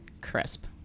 crisp